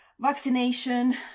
vaccination